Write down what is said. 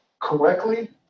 correctly